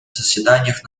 заседаниях